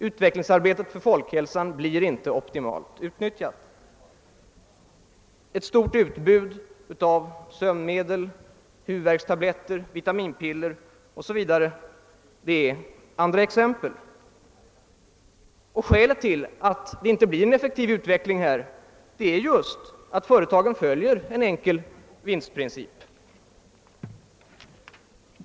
Utvecklingsarbetet för folkhälsan blir inte optimalt fullföljt. Det stora utbudet av sömnmedel, huvudvärkstabletter, vitaminpiller o.s.v. är andra exempel. Skälet till att det inte här blir någon effektiv utveckling är just att företagen följer en enkel vinstprincip.